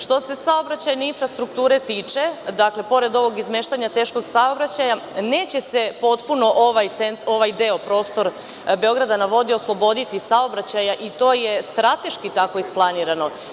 Što se saobraćajne infrastrukture tiče, pored ovog izmeštanja teškog saobraćaja, neće se potpuno ovaj deo prostora „Beograda na vodi“ osloboditi saobraćaja i to je strateški tako isplanirano.